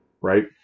right